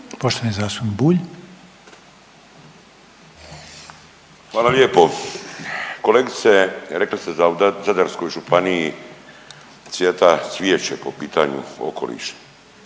Miro (MOST)** Hvala lijepo. Kolegice rekli ste da u Zadarskoj županiji cvjeta cvijeće po pitanju okoliša.